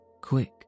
quick